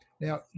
Now